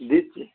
দিচ্ছি